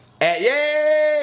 Yay